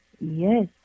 Yes